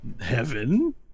heaven